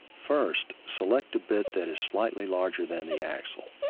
first, select the bit that is slightly larger than the axle.